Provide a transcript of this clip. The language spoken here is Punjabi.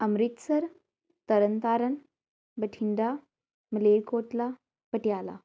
ਅੰਮ੍ਰਿਤਸਰ ਤਰਨਤਾਰਨ ਬਠਿੰਡਾ ਮਲੇਰਕੋਟਲਾ ਪਟਿਆਲਾ